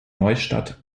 neustadt